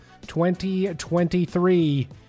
2023